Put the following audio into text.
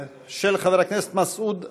של חבר הכנסת מסעוד גנאים.